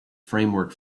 framework